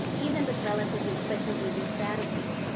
even with relatively quick and easy strategies.